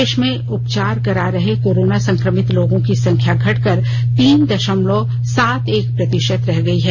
देश में उपचार करा रहे कोरोना संक्रमित लोगों की संख्या घटकर तीन दशमलव सात एक प्रतिशत रह गई है